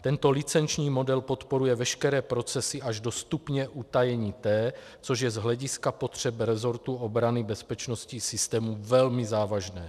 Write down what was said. Tento licenční model podporuje veškeré procesy až do stupně utajení T, což je z hlediska potřeb resortu obrany a bezpečnosti systému velmi závažné.